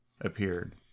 appeared